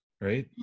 right